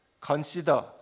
consider